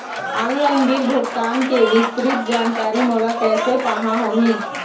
Online bill भुगतान के विस्तृत जानकारी मोला कैसे पाहां होही?